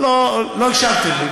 אבל לא הקשבתם לי,